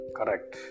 Correct